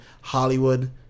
Hollywood